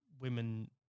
women